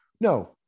no